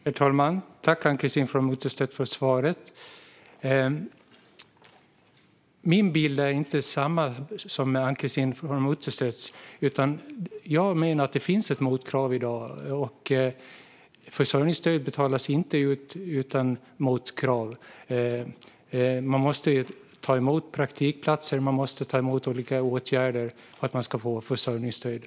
Herr talman! Tack, Ann-Christine From Utterstedt, för svaret! Min bild är inte densamma som Ann-Christine From Utterstedts, utan jag menar att det finns ett motkrav i dag. Försörjningsstöd betalas inte ut utan motkrav. Man måste ta emot praktikplatser och ta emot olika åtgärder för att man ska få försörjningsstöd.